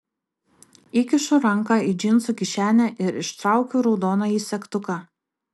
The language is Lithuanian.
įkišu ranką į džinsų kišenę ir ištraukiu raudonąjį segtuką